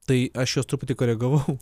tai aš juos truputį koregavau